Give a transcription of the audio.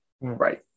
Right